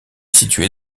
située